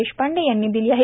देशपांडे यांनी दिली आहे